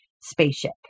spaceship